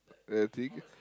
anything